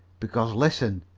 because, listen,